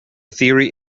theory